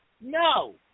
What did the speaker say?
No